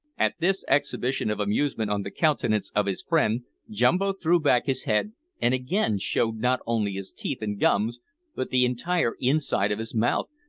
at this exhibition of amusement on the countenance of his friend, jumbo threw back his head and again showed not only his teeth and gums but the entire inside of his mouth,